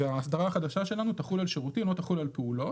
האסדרה החדשה שלנו תחול על שירותים, לא על פעולות.